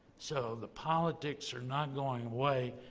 so the politics are not going away.